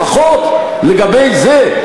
לפחות לגבי זה,